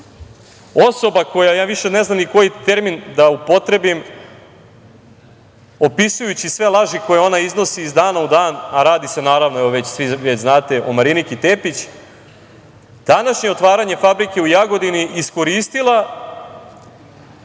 osoba koja, ja više ne znam ni koji termin da upotrebim, opisujući sve laži koje ona iznosi iz dana u dan, a radi se naravno, već svi znate, o Mariniki Tepić, današnje otvaranje fabrike u Jagodini iskoristila